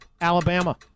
Alabama